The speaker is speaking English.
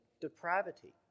depravity